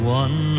one